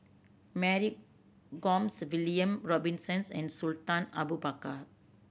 Mary Gomes William Robinsons and Sultan Abu Bakar